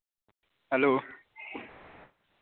hello